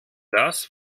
das